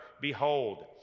behold